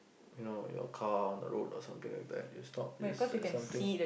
you know your car on the road or something like that it stop it's like something